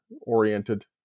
oriented